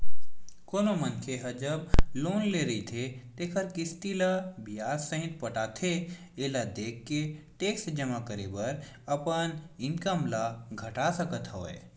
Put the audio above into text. कोनो मनखे ह जब लोन ले रहिथे तेखर किस्ती ल बियाज सहित पटाथे एला देखाके टेक्स जमा करे बर अपन इनकम ल घटा सकत हवय